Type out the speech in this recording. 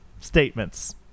statements